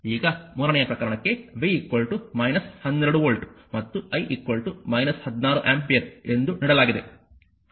ಈಗ ಮೂರನೆಯ ಪ್ರಕರಣಕ್ಕೆ v 12 ವೋಲ್ಟ್ ಮತ್ತು I 16 ಆಂಪಿಯರ್ ಎಂದು ನೀಡಲಾಗಿದೆ